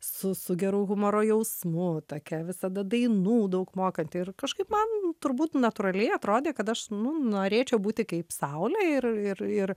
su su geru humoro jausmu tokia visada dainų daug mokanti ir kažkaip man turbūt natūraliai atrodė kad aš nu norėčiau būti kaip saulė ir ir ir